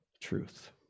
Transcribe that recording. truth